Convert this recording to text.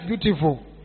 beautiful